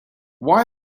why